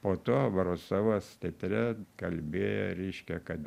po to obrosovas teatre kalbėjo reiškia kad